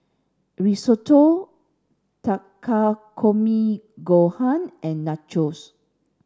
Risotto Takikomi Gohan and Nachos